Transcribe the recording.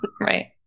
right